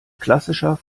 klassischer